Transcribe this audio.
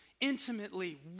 intimately